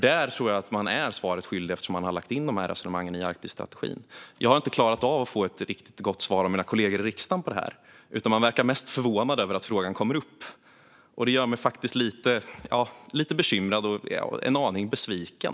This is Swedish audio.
Där tror jag att man är svaret skyldig, eftersom man har lagt in dessa resonemang i Arktisstrategin. Jag har inte klarat av att få ett riktigt gott svar av mina kollegor i riksdagen på detta. De verkar mest förvånade över att frågan kommer upp. Det gör mig faktiskt lite bekymrad och en aning besviken.